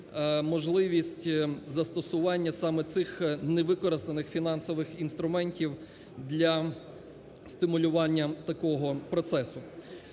можливість застосування саме цих, не використаних, фінансових інструментів для стимулювання такого процесу.